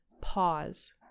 Pause